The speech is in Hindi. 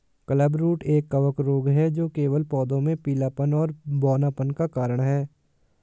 क्लबरूट एक कवक रोग है जो केवल पौधों में पीलापन और बौनापन का कारण है